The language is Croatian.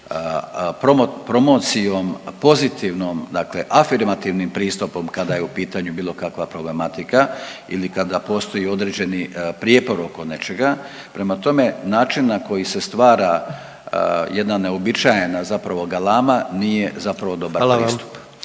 promocijom pozitivnom, dakle afirmativnim pristupom kada je u pitanju bilo kakva problematika ili kada postoji određeni prijepor oko nečega. Prema tome, način na koji se stvara jedna neuobičajena zapravo galama nije zapravo dobar